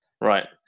Right